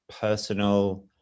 personal